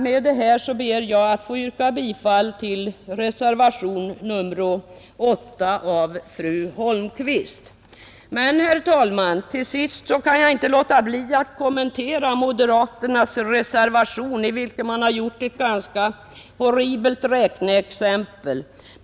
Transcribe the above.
Med detta ber jag att få yrka bifall till reservationen 8 av fru Holmqvist. Men, herr talman, till sist kan jag inte låta bli att kommentera moderaternas reservation i vilken man har gjort ett ganska horribelt räkneexempel.